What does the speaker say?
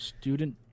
student